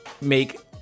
make